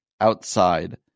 outside